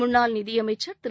முன்னாள் நிதியமைச்சர் திரு